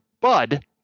Bud